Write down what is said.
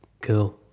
cool